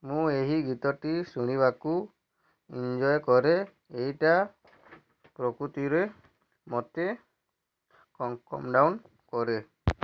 ମୁଁ ଏହି ଗୀତଟି ଶୁଣିବାକୁ ଏଞ୍ଜଏ କରେ ଏଇଟା ପ୍ରକୃତରେ ମୋତେ କାମ୍ ଡାଉନ୍ କରେ